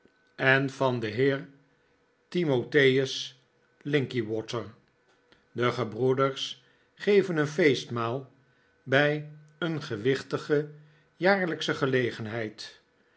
en van den heer timotheus linkinwater de gebroeders geven een feestmaal bij een gewichtige jaarlijksche gelegenheid